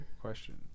Question